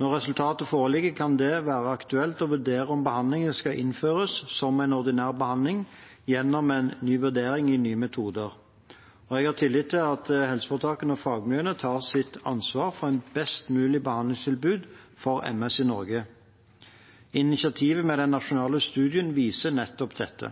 Når resultatet foreligger, kan det være aktuelt å vurdere om behandlingen skal innføres som en ordinær behandling gjennom en ny vurdering av nye metoder. Og jeg har tillit til at helseforetakene og fagmiljøene tar sitt ansvar for et best mulig behandlingstilbud for MS i Norge. Initiativet med den nasjonale studien viser nettopp dette.